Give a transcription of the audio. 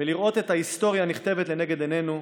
ולראות את ההיסטוריה נכתבת לנגד עינינו,